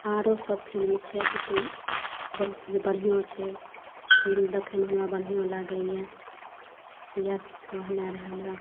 आरोसभ film छै लेकिन जे बढ़िआँ छै फिल्म देखयमे हमरा बढ़िआँ लागैत यऽ इएह कहनय रहऽ हमरा